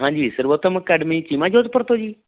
ਹਾਂਜੀ ਸਰਵੋਤਮ ਅਕੈਡਮੀ ਚੀਮਾ ਜੋਧਪੁਰ ਤੋਂ ਜੀ